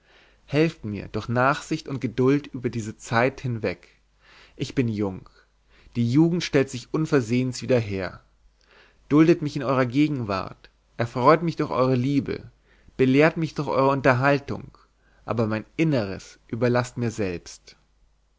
helft mir durch nachsicht und geduld über diese zeit hin weg ich bin jung die jugend stellt sich unversehens wieder her duldet mich in eurer gegenwart erfreut mich durch eure liebe belehrt mich durch eure unterhaltung aber mein innres überlaßt mir selbst